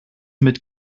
mit